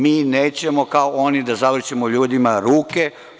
Mi nećemo kao oni da zavrćemo ljudima ruke.